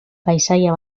paisaia